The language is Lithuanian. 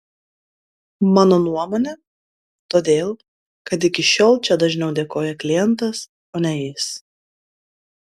mano nuomone todėl kad iki šiol čia dažniau dėkoja klientas o ne jis